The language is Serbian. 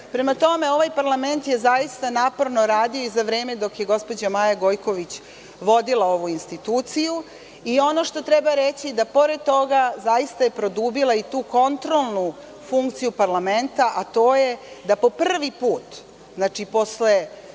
toga. Prema tome, ovaj parlament je zaista naporno radio i za vreme dok je gospođa Maja Gojković vodila ovu instituciju i ono što treba reći da pored toga zaista je produbila i tu kontrolnu funkciju parlamenta, a to je da su po prvi put, znači, posle